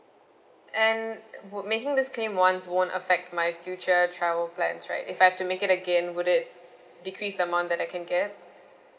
and wo~ making this claim once won't affect my future travel plans right if I have to make it again would it decrease the amount that I can get